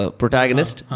protagonist